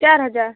चार हजार